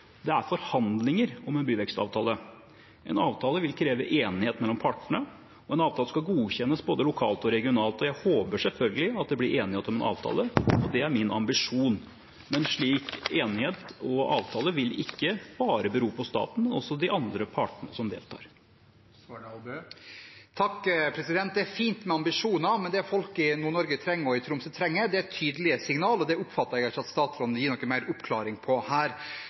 Det er forhandlinger om en byvekstavtale. En avtale vil kreve enighet mellom partene, og en avtale skal godkjennes både lokalt og regionalt. Jeg håper selvfølgelig at det blir enighet om en avtale. Det er min ambisjon. Men en slik enighet og en slik avtale vil ikke bare bero på staten, men også de andre partene som deltar. Det er fint med ambisjoner, men det folk i Nord-Norge og Tromsø trenger, er tydelige signaler – og det oppfatter jeg ikke at statsråden gir noe mer av her.